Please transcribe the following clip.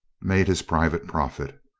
made his private profit.